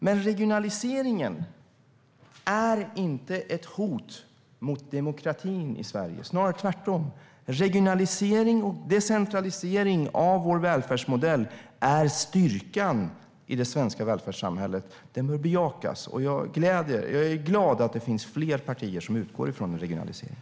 Men regionaliseringen är inte ett hot mot demokratin i Sverige. Det är snarare tvärtom. Regionalisering och decentralisering av vår välfärdsmodell är styrkan i det svenska välfärdssamhället. Den bör bejakas, och jag är glad över att det finns fler partier som utgår från en regionalisering.